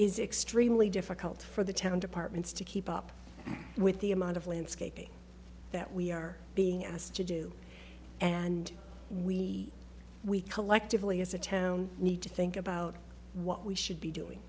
is extremely difficult for the town departments to keep up with the amount of landscaping that we are being asked to do and we we collectively as a town need to think about what we should be doing